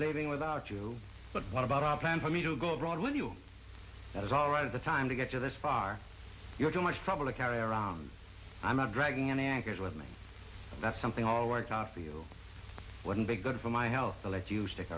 leaving without you but what about our plan for me to go abroad with you that is all right of the time to get to this far you're too much trouble to carry around i'm not dragging an anchor's with me that's something all worked out for you wouldn't be good for my health to let you stick